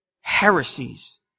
Heresies